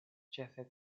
ĉefe